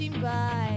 Bye